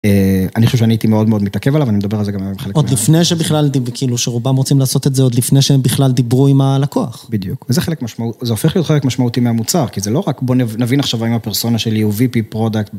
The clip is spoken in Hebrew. אני חושב שאני הייתי מאוד מאוד מתעכב עליו, אני מדבר על זה גם היום עם חלק מהם. עוד לפני שהם בכלל דיברו, כאילו שרובם רוצים לעשות את זה עוד לפני שהם בכלל דיברו עם הלקוח. בדיוק, וזה חלק משמעותי, זה הופך להיות חלק משמעותי מהמוצר, כי זה לא רק בואו נבין עכשיו עם הפרסונה שלי הוא וויפי פרודקט.